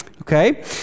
Okay